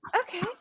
okay